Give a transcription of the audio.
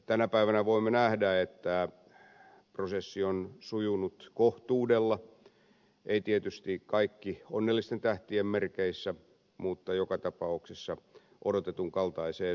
tänä päivänä voimme nähdä että prosessi on sujunut kohtuudella ei tietysti kaikki onnellisten tähtien merkeissä mutta joka tapauksessa odotetun kaltaiseen suuntaan